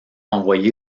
envoyé